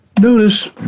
Notice